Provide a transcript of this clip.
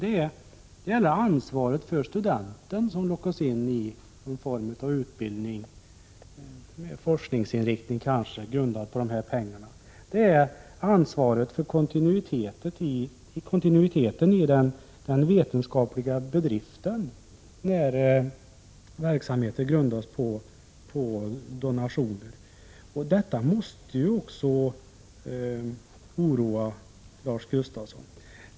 Det gäller ansvaret för studenten som lockas in i en form av utbildning, kanske med forskningsinriktning, grundad på de här pengarna. Det gäller också ansvaret för kontinuiteten i den vetenskapliga bedriften, när verksamheten grundas på donationer. Detta måste ju också oroa Lars Gustafsson.